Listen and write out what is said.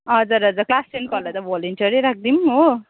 हजुर हजुर क्लास टेनकोहरूलाई त भोलिन्टियरै राखिदिउँ हो